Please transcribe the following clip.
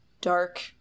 dark